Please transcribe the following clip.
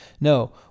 No